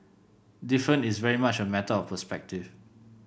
different is very much a matter of perspective